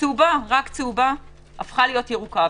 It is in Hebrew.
הפכה ירוקה.